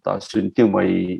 tą siuntimą į